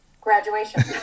graduation